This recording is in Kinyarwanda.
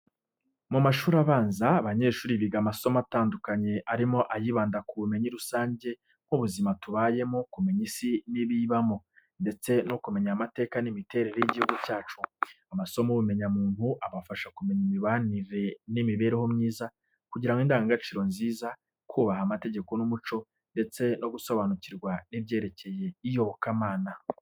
Mu mashuri abanza, abanyeshuri biga amasomo atandukanye arimo ayibanda ku bumenyi rusange nk’ubuzima tubayemo, kumenya isi n’ibiyibamo, ndetse no kumenya amateka n’imiterere y’igihugu cyacu. Amasomo y’ubumenyamuntu, abafasha kumenya imibanire n’imibereho myiza, kugira indangagaciro nziza, kubaha amategeko n’umuco, ndetse no gusobanukirwa n’ibyerekeye iyobokamana.